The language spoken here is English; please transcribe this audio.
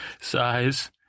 size